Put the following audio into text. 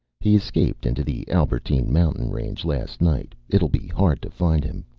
he escaped into the albertine mountain range last night. it'll be hard to find him.